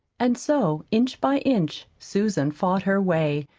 and so inch by inch susan fought her way,